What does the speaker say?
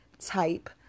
type